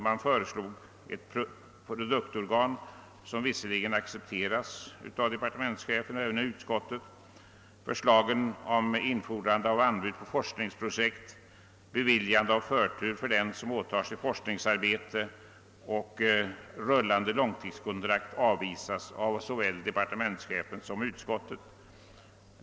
Man föreslog ett produktorgan, och det förslaget accepterades av departementschefen och även av utskottet. Förslagen om infordrande av anbud på forskningsprojekt, om beviljande av förtur för den som åtar sig forskningsarbete och om rullande långtidskontrakt avvisas däremot av såväl departementschefen som utskottet.